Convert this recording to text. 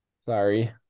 Sorry